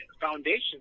foundation